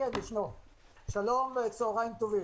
שלום וצהרים טובים.